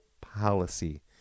policy